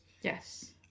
Yes